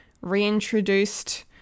reintroduced